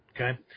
Okay